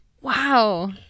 Wow